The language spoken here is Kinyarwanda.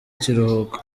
kiruhuko